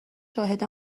شاهد